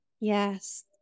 Yes